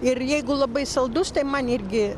ir jeigu labai saldus tai man irgi